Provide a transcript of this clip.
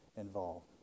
involved